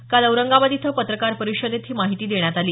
काल औरंगाबाद इथं पत्रकार परिषदेत ही माहिती देण्यात आली